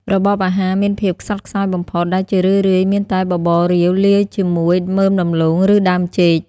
របបអាហារមានភាពខ្សត់ខ្សោយបំផុត ដែលជារឿយៗមានតែបបររាវលាយជាមួយមើមដំឡូង ឬដើមចេក។